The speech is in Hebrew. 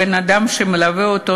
בן-אדם שמלווה אותו,